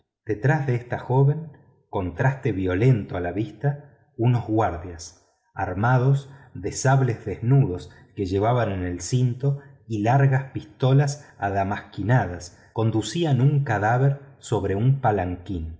detrás de esta joven contraste violento a la vista unos guardias armados de sables desnudos que llevaban en el cinto y largas pistolas adamasquinadas conducían un cadáver sobre un palanquín